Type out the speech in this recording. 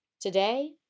Today